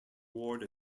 ward